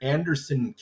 Anderson